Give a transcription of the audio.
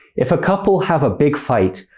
if a couple have a big fight,